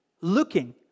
looking